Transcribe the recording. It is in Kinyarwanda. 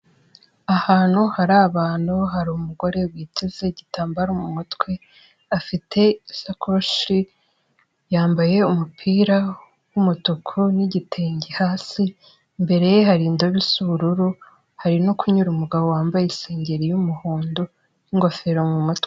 Ahantu hari abantu hari umugore witeze igitambaro mu mutwe, afite isakoshi, yambaye umupira w'umutuku n'igitenge hasi, imbere ye hari indobo isa ubururu, hari no kunyura umugabo wambaye isengeri ry'umuhondo n'ingofero mu mutwe.